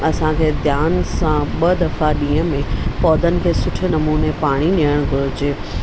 असांखे ध्यान सां ॿ दफ़ा ॾींहं में पौधनि खे सुठे नमूने पाणी ॾियणु घुरिजे